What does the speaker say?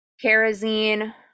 Kerosene